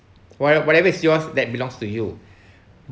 what whatever is yours that belongs to you